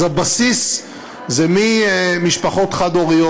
אז הבסיס זה משפחות חד-הוריות,